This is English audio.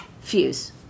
fuse